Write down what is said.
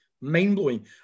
Mind-blowing